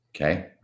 Okay